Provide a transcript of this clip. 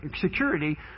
security